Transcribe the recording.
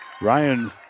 Ryan